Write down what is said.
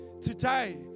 today